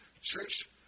Church